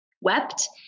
wept